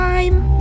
time